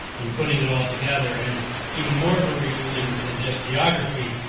and putting it all together. and even more of a reunion than just geography,